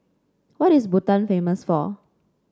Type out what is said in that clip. what is Bhutan famous for